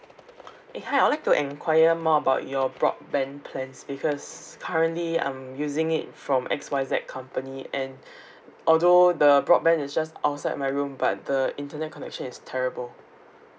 eh hi I'd like to enquire more about your broadband plans because currently I'm using it from X Y Z company and although the broadband is just outside my room but the internet connection is terrible